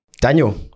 Daniel